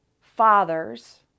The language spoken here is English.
fathers